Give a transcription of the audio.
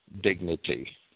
dignity